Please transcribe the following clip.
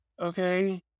Okay